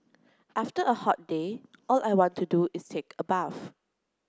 after a hot day all I want to do is take a bath